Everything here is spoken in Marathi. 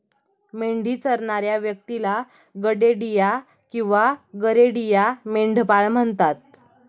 मेंढी चरणाऱ्या व्यक्तीला गडेडिया किंवा गरेडिया, मेंढपाळ म्हणतात